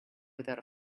without